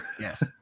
Yes